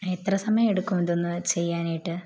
എത്ര സമയമെടുക്കും ഇതൊന്ന് ചെയ്യാനായിട്ട്